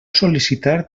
sol·licitar